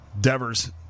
Devers